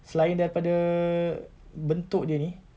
selain daripada bentuk dia ini